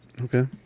okay